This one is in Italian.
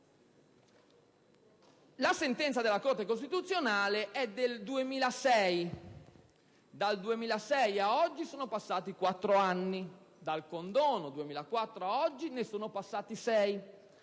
La sentenza della Corte costituzionale è del 2006; dal 2006 a oggi sono passati quattro anni; dal condono 2004 a oggi ne sono passati sei.